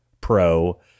pro